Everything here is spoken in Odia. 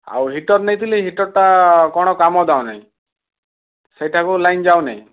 ଆଉ ହିଟର୍ ନେଇଥିଲି ହିଟର୍ ଟା କ'ଣ କାମ ଦଉନି ସେଇଟାକୁ ଲାଇନ୍ ଯାଉନି